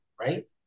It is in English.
right